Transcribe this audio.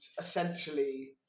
essentially